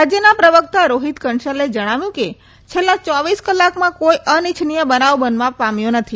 રાજયના પ્રવકતા રોહીત કંશલે જણાવ્યું કે છેલ્લા ચોવીસ કલાકમાં કોઈ અનિશ્વનીય બનાવ બનવા પામ્યો નથી